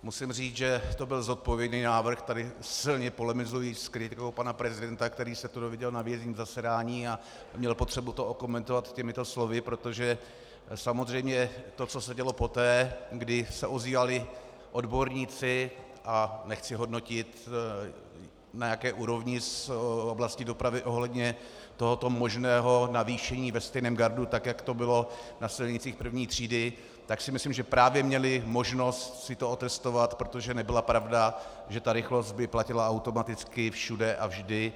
Musím říct, že to byl zodpovědný návrh, tady silně polemizuji s kritikou pana prezidenta, který se to dozvěděl na výjezdním zasedání a měl potřebu to okomentovat těmito slovy, protože samozřejmě to, co se dělo poté, kdy se ozývali odborníci, a nechci hodnotit, na jaké úrovni, z oblasti dopravy ohledně tohoto možného navýšení ve stejném gardu tak, jak to bylo na silnicích první třídy, tak si myslím, že právě měli možnost si to otestovat, protože nebyla pravda, že ta rychlost by platila automaticky všude a vždy.